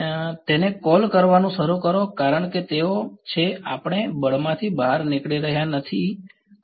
વિદ્યાર્થી તેને કૉલ કરવાનું શરૂ કરો કારણ કે તેઓ છે આપણે બળમાંથી બહાર નીકળી રહ્યા નથી કારણ કે હું નથી કરતો